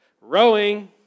Rowing